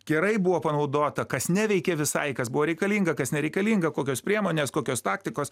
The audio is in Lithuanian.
gerai buvo panaudota kas neveikė visai kas buvo reikalinga kas nereikalinga kokios priemonės kokios taktikos